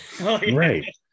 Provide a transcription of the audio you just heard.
Right